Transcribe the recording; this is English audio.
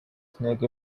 snake